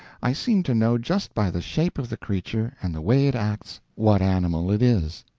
i seem to know just by the shape of the creature and the way it acts what animal it is.